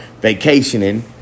vacationing